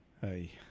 Hey